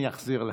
אני אחזיר לך.